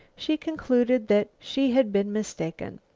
she concluded that she had been mistaken.